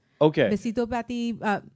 Okay